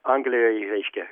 anglijoj reiškia